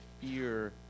fear